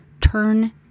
turn